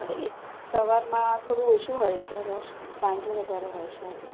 એક સવારમાં થોડું ઓછું હોય છે રશ સાંજે વધારે હોય છે